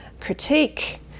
critique